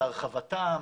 להרחבתם,